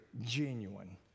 genuine